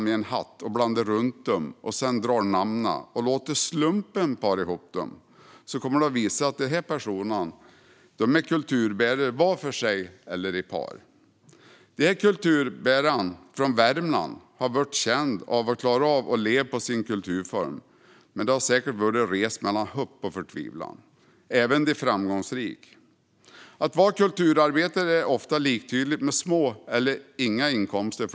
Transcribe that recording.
Dessa kulturbärare från Värmland har blivit kända och klarat av att leva på sin kulturform. Men det har säkert varit en resa mellan hopp och förtvivlan, även för de framgångsrika. Att vara kulturarbetare är för de flesta ofta liktydigt med små eller inga inkomster.